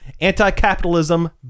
anti-capitalism